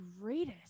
greatest